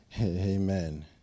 Amen